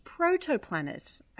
protoplanet